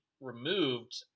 removed